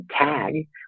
tag